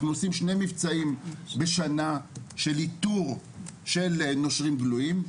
אנחנו עושים שני מבצעים בשנה של איתור של נושרים גלויים.